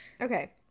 okay